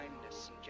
kindness